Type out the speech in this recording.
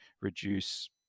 reduce